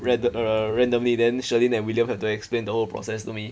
rand~ uh randomly then shirlene and william had to explain the whole process to me